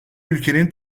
ülkenin